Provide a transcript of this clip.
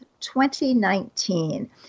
2019